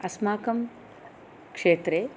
अस्माकं क्षेत्रे